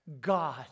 God